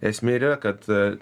esmė ir yra kad